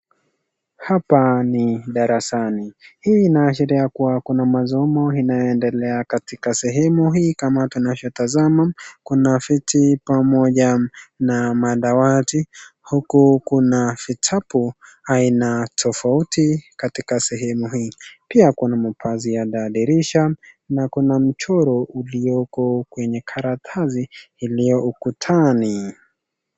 Hapa ni darasani hii inaashiria kuwa kuna masomo inaendelea katika sehemu hii. Kama tunavyotazama kuna viti pamoja na wadawati huku kuna vitabu aina tofauti katika sehemu hii. Pia kuna mapazi ya dirisha na kuna mchoro iliyoko kwenye karatasi iliyo ukutani.